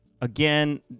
again